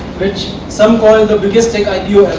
which some call the biggest tech